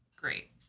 great